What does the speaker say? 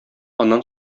аннан